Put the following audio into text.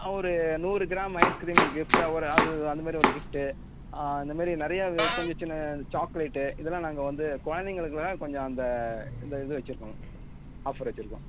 ஒரு நூறு gram ice cream கிஃப்ட்டா ஒரு அது அந்தமாரி ஒரு கிஃப்ட்டு அந்த மாரி நிறையா கொஞ்சம் சின்ன சாக்லேட்டு இதெல்லாம் நாங்கள் வந்து குழந்தைங்களுக்காக கொஞ்சம் அந்த இந்த இது வச்சிருக்கோம் ஆஃபர் வச்சிருக்கோம்